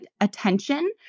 attention